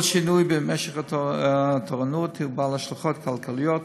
כל שינוי במשך התורנות הוא בעל השלכות כלכליות,